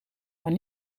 maar